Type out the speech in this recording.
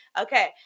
Okay